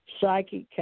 Psychic